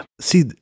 See